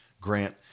Grant